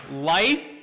Life